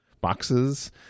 boxes